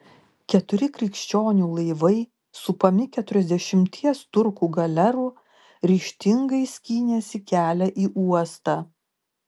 keturi krikščionių laivai supami keturiasdešimties turkų galerų ryžtingai skynėsi kelią į uostą